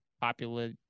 popular